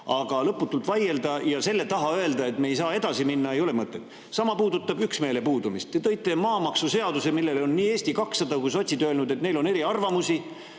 Aga lõputult vaielda ja selle [väite] taha [pugeda], et me ei saa edasi minna, ei ole mõtet. Sama puudutab üksmeele puudumist. Maamaksuseaduse, mille kohta on Eesti 200 ja sotsid öelnud, et neil on eriarvamusi